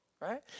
right